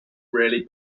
really